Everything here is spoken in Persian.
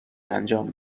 انجام